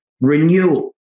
Renewal